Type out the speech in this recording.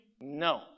No